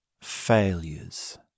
failures